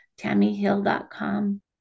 TammyHill.com